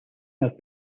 have